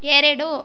ಎರಡು